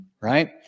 right